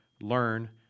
learn